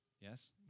Yes